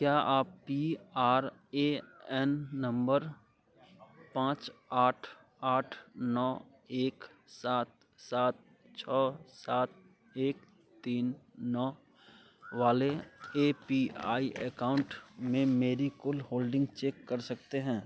क्या आप P R A N number पाँच आठ आठ नौ एक सात सात छः सात एक तीन नौ वाले ए पी आई एकाउंट में मेरी कुल होल्डिंग चेक कर सकते हैं